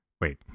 Wait